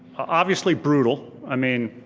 obviously brutal, i mean,